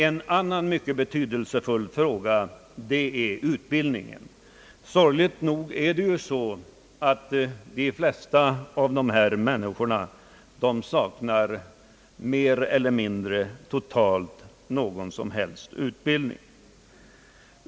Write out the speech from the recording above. En annan mycket betydelsefull fråga är ut Ang. internationellt utvecklingsbistånd bildningen. Sorgligt nog är det ju så, att de flesta människor i de länder det här gäller saknar i mer eller mindre hög grad utbildning.